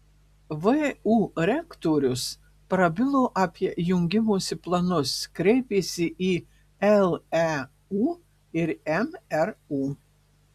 vu rektorius prabilo apie jungimosi planus kreipėsi į leu ir mru